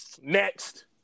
next